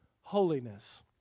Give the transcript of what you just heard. holiness